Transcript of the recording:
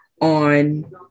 on